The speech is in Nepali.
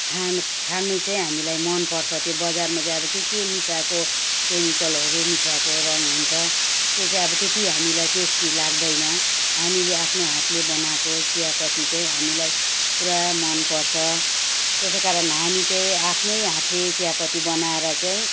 खानु खाने चाहिँ हामीलाई मन पर्छ त्यो बजारमा चाहिँ अब के के मिसाएको केमिकलहरू मिसाएको रङ् हुन्छ त्यो चाहिँ त्यति हामीलाई टेस्टी लाग्दैन हामीले आफ्नो हातले बनाएको चियापत्ती चाहिँ हामीलाई पुरा मन पर्छ त्यसै कारण हामी चाहिँ आफ्नै हातले चियापत्ती बनाएर चाहिँ